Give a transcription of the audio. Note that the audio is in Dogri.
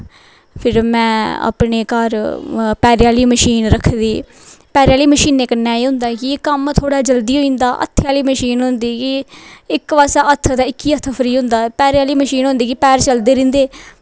फिर में अपने घर पैरें आह्ली मशीन रक्खी दी पैरें आह्ली मशीनै कन्नै एह् होंदा कि कम्म थोह्ड़ा जल्दी होई जंदा हत्थैं आह्ली मशीन होंदी कि इक पास्सै हत्थ ते इक हत्थ फ्री होंदा ऐ पैरें आह्ली मशीन होंदी कि पैर चलदे रौंह्दे